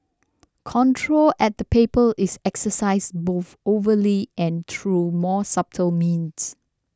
control at the paper is exercised both overly and through more subtle means